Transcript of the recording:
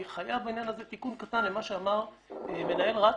אני חייב בעניין הזה תיקון קטן למה שאמר מנהל רת"א.